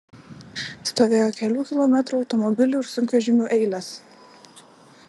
stovėjo kelių kilometrų automobilių ir sunkvežimių eilės